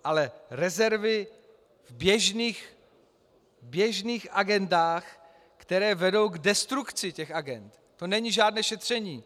Ale rezervy v běžných agendách, které vedou k destrukci těch agend, to není žádné šetření.